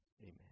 Amen